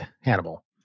Hannibal